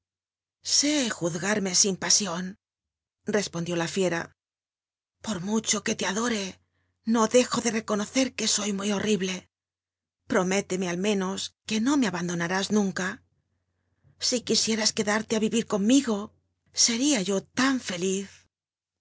sé juzgarme siu jl biun rc poudió la fiera por mucho que te adore no clrju de reconocer que soy muy horrible promélcmc al ménos ljllc uo me a bandouarás nunca si quisieras quedarte a vivir conmigo sería yo lau feliz